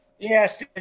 Yes